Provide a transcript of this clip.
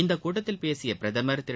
இந்த கூட்டத்தில் பேசிய பிரதம் திரு